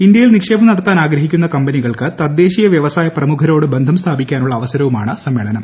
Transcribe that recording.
ഇന്ത്യയിൽ നിക്ഷേപം നടത്താൻ ആഗ്രഹിക്കുന്ന കമ്പനികൾക്ക് തദ്ദേശീയവൃവസായ പ്രമുഖരോട് ബന്ധം സ്ഥാപിക്കാനുള്ള അവസരവുമാണ് സമ്മേളനം